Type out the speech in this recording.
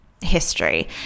history